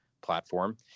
platform